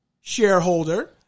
shareholder